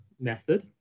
method